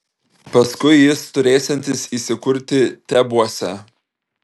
paskui jis turėsiantis įsikurti tebuose